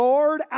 Lord